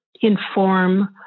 inform